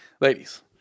ladies